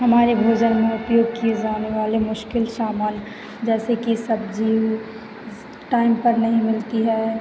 हमारे भोजन में उपयोग किए जाने वाले मुश्किल सामान जैसे कि सब्ज़ी टाइम पर नहीं मिलती है